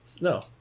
No